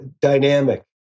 dynamic